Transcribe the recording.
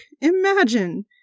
Imagine